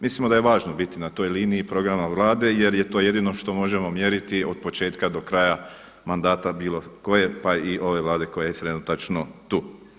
Mislimo da je važno biti na toj liniji programa Vlade jer je to jedino što možemo mjeriti od početka do kraja mandata bilo koje pa i ove Vlade koja je trenutačno tu.